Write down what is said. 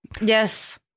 Yes